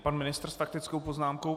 Pan ministr s faktickou poznámkou.